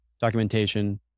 documentation